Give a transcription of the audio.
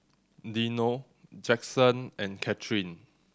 Dino Jackson and Kathrine